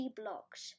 blocks